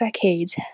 facades